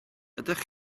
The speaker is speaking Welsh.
ydych